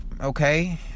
okay